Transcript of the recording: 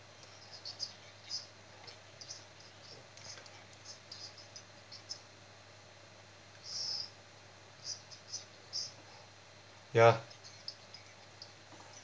ya